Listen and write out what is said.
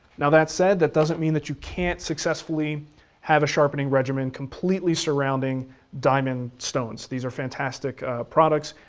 now that said, that doesn't mean that you can't successfully have a sharpening regimen completely surrounding diamond stones. these are fantastic products,